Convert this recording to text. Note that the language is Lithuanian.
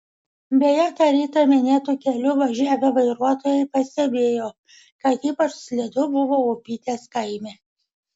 beje tą rytą minėtu keliu važiavę vairuotojai pastebėjo kad ypač slidu buvo upytės kaime